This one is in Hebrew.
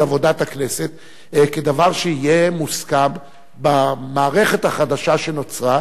עבודת הכנסת כדבר שיהיה מוסכם במערכת החדשה שנוצרה.